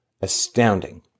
astounding